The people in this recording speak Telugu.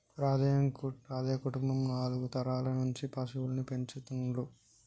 రాజయ్య కుటుంబం నాలుగు తరాల నుంచి పశువుల్ని పెంచుతుండ్లు